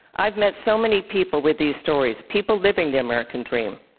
i've met so many people with these stories, people living the american dream.